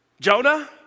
Jonah